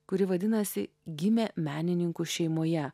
kuri vadinasi gimė menininkų šeimoje